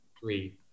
three